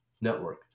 network